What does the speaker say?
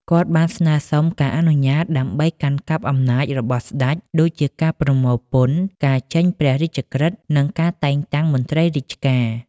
គាត់បានស្នើសុំការអនុញ្ញាតដើម្បីកាន់កាប់អំណាចរបស់ស្តេច ដូចជាការប្រមូលពន្ធ ការចេញព្រះរាជក្រឹត្យ និងការតែងតាំងមន្ត្រីរាជការ។